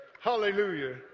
hallelujah